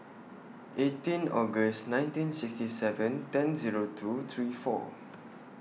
eighteen August nineteen sixty seven ten Zero two three four